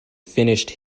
finished